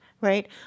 right